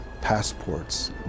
passports